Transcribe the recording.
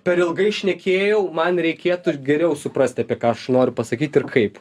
per ilgai šnekėjau man reikėtų geriau suprasti apie ką aš noriu pasakyt ir kaip